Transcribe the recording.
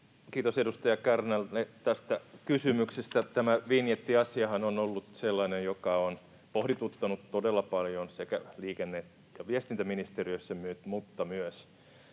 Kiitos edustaja Kärnälle tästä kysymyksestä. Tämä vinjettiasiahan on ollut sellainen, joka on pohdituttanut todella paljon sekä liikenne- ja viestintäministeriössä että myös